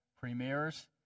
premiers